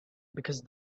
because